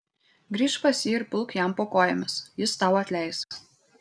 grįžk pas jį ir pulk jam po kojomis jis tau atleis